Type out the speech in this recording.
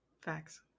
Facts